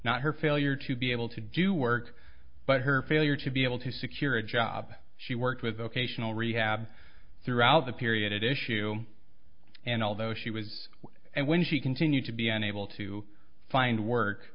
not her failure to be able to do work but her failure to be able to secure a job she worked with vocational rehab throughout the period at issue and although she was and when she continued to be unable to find work